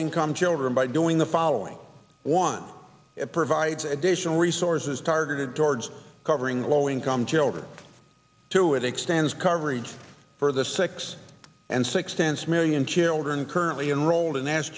income children by doing the following one provides additional resources targeted towards covering low income children two it expands coverage for the six and six tenths million children currently enrolled in as